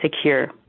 secure